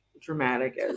dramatic